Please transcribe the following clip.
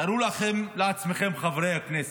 תארו לכם, לעצמכם, חברי הכנסת,